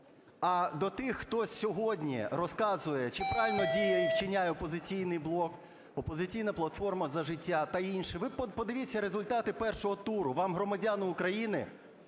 А до тих, хто сьогодні розказує, чи правильно діє і вчиняє "Опозиційний блок", "Опозиційна платформа – За життя" та інші, ви подивіться результати першого туру, вам громадяни України